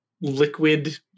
liquid